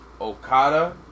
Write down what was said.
Okada